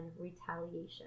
retaliation